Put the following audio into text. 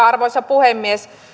arvoisa puhemies